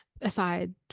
aside